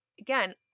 Again